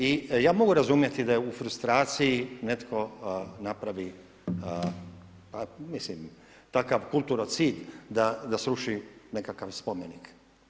I ja mogu razumjeti da je u frustraciji netko napravi takav kulturocid da sruši nekakav spomenik.